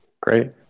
great